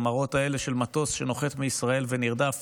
המראות האלה של מטוס שנוחת מישראל ונרדף